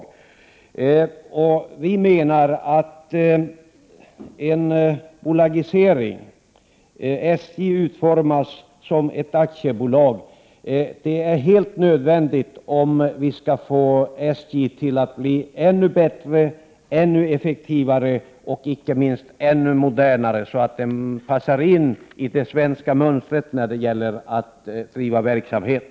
Vi i folkpartiet menar att en bolagisering, att SJ utformas som ett aktiebolag, är helt nödvändig om SJ skall kunna bli ännu bättre, ännu effektivare, och icke minst ännu modernare, så att företaget passar in i det svenska mönstret när det gäller att driva verksamhet.